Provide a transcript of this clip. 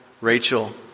Rachel